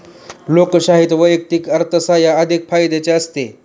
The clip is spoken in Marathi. लोकशाहीत वैयक्तिक अर्थसाहाय्य अधिक फायद्याचे असते